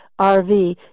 RV